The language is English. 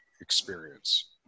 experience